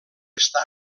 està